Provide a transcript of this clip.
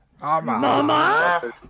Mama